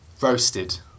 roasted